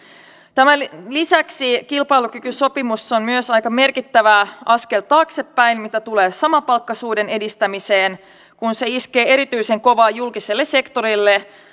tämän lisäksi kilpailukykysopimus on myös aika merkittävä askel taaksepäin mitä tulee samapalkkaisuuden edistämiseen kun se iskee erityisen kovaa julkiselle sektorille